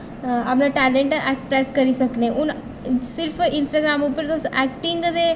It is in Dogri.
अपना टैलेंट ऐक्सप्रैस करी सकनें हून सिर्फ इंस्टाग्राम उप्पर तुस ऐक्टिंग दे